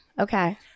Okay